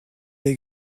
les